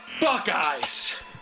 Buckeyes